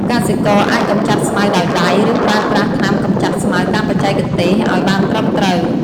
កសិករអាចកម្ចាត់ស្មៅដោយដៃ ឬប្រើប្រាស់ថ្នាំកម្ចាត់ស្មៅតាមបច្ចេកទេសឲ្យបានត្រឹមត្រូវ។